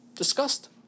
Discussed